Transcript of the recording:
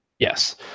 Yes